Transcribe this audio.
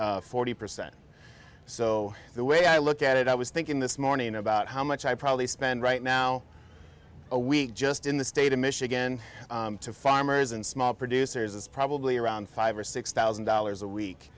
purveyors forty percent so the way i look at it i was thinking this morning about how much i probably spend right now a week just in the state of michigan to farmers and small producers it's probably around five or six thousand dollars a week